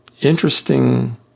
interesting